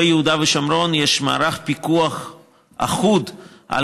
ביהודה ושומרון יש מערך פיקוח אחוד על